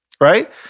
right